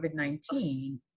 COVID-19